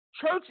Church